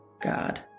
God